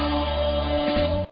oh